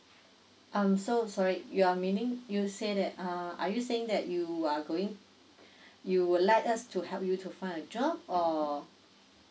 I'm so sorry you're meaning you say that um are you saying that you are going you would like us to help you to find a job or